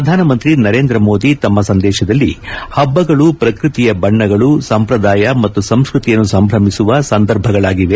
ಪ್ರಧಾನಮಂತ್ರಿ ನರೇಂದ್ರ ಮೋದಿ ತಮ್ನ ಸಂದೇತದಲ್ಲಿ ಹಬ್ಲಗಳು ಪ್ರಕೃತಿಯ ಬಣ್ಣಗಳು ಸಂಪ್ರದಾಯ ಮತ್ತು ಸಂಸ್ಕೃತಿಯನ್ನು ಸಂಭ್ರಮಿಸುವ ಸಂದರ್ಭಗಳಾಗಿವೆ